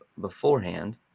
beforehand